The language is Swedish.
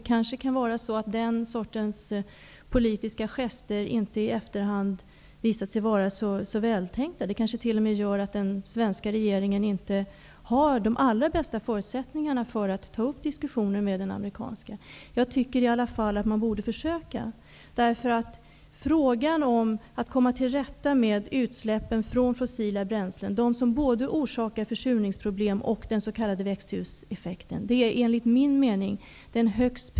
Den sortens politiska gester har kanske i efterhand inte visat sig vara så välbetänkta. De kanske t.o.m. gör att den svenska regeringen inte har de allra bästa förutsättningarna för att ta upp diskussionen med den amerikanska regeringen. Jag anser att den i varje fall borde försöka det. Enligt min mening är den högst prioriterade gemensamma internationella frågan att komma till rätta med utsläppen från fossila bränslen, eftersom de orsakar både försurningsproblem och den s.k. växthuseffekten.